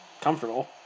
comfortable